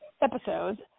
episodes